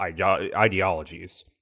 ideologies